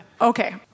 Okay